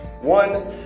one